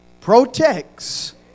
protects